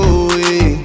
away